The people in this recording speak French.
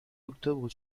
octobre